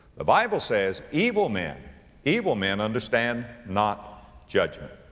the bible says, evil men evil men understand not judgment.